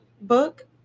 book